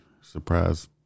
surprise